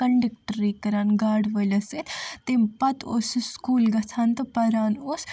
کنڈکٹٔری کران گاڑِ وٲلس سۭتۍ تمہِ پتہٕ اوس سُہ سکوٗل گژھان تہٕ پران اوس